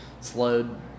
slowed